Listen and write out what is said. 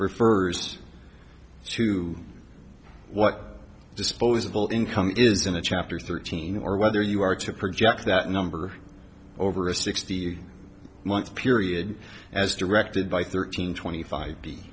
refers to what disposable income it is in a chapter thirteen or whether you are to project that number over a sixteen month period as directed by thirteen twenty five